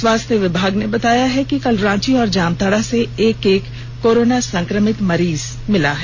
स्वास्थ्य विभाग ने बताया कि कल रांची और जामताड़ा से एक एक कोरोना संक्रमित मरीज मिले हैं